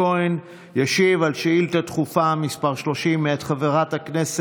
יעקב אשר (יהדות התורה): מה עם זכויות המיעוטים?